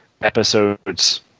episodes